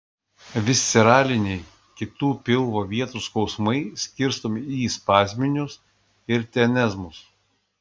visceraliniai kitų pilvo vietų skausmai skirstomi į spazminius ir tenezmus